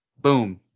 boom